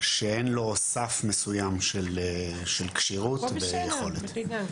שאין לו סף מסוים של כשירות ויכולת.